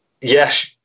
Yes